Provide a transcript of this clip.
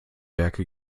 werke